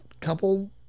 couple